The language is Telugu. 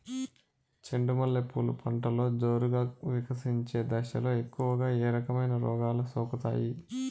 చెండు మల్లె పూలు పంటలో జోరుగా వికసించే దశలో ఎక్కువగా ఏ రకమైన రోగాలు సోకుతాయి?